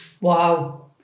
Wow